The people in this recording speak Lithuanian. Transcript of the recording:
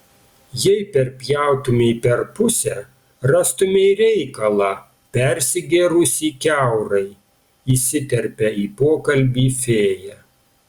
jei perpjautumei per pusę rastumei reikalą persigėrusį kiaurai įsiterpia į pokalbį fėja